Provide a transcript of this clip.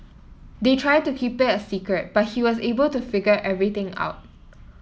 they tried to keep it a secret but he was able to figure everything out